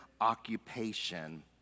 occupation